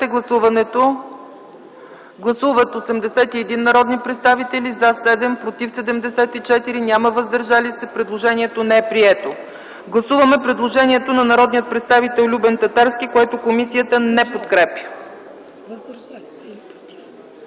не подкрепя. Гласували 81 народни представители: за 7, против 74, въздържали се няма. Предложението не е прието. Гласуваме предложението на народния представител Любен Татарски, което комисията не подкрепя.